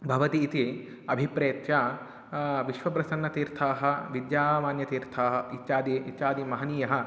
भवति इति अभिप्रेत्य विश्वप्रसन्नतीर्थाः विद्यामान्यतीर्थाः इत्यादि इत्यादयः महनीयाः